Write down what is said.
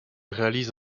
réalise